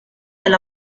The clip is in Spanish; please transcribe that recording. del